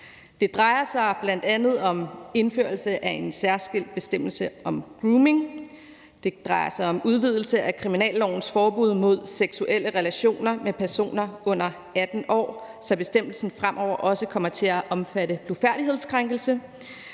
Det drejer sig bl.a. om indførelse af en særskilt bestemmelse om grooming. Det drejer sig om en udvidelse af kriminallovens forbud mod seksuelle relationer med personer under 18 år, så bestemmelsen fremover også kommer til at omfatte blufærdighedskrænkelse.